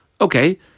Okay